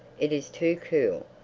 it is too cool.